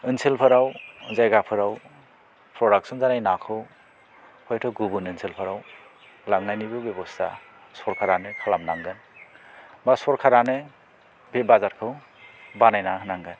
ओनसोलफोराव जायगाफोराव प्रदाक्स'न जानाय नाखौ हयथ' गुबुन ओनसोलफोराव लांनायनिबो बेब'स्था सरकारानो खालामनांगोन बा सरकारानो बे बाजारखौ बानायना होनांगोन